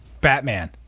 Batman